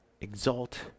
exalt